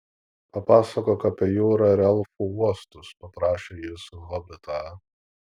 papasakok apie jūrą ir elfų uostus paprašė jis hobitą